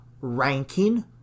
ranking